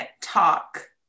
talk